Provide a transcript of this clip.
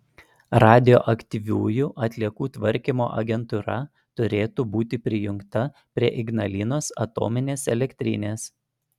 radioaktyviųjų atliekų tvarkymo agentūra turėtų būti prijungta prie ignalinos atominės elektrinės